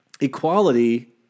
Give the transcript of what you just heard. equality